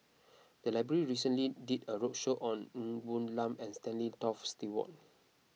the library recently did a roadshow on Ng Woon Lam and Stanley Toft Stewart